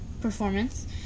performance